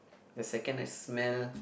the second I smell